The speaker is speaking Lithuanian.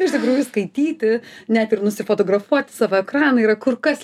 iš tikrųjų skaityti net ir nusifotografuoti savo ekraną yra kur kas